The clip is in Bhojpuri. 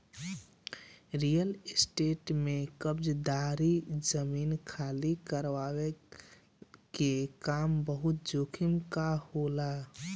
रियल स्टेट में कब्ज़ादारी, जमीन खाली करववला के काम बहुते जोखिम कअ होला